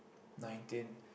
nineteen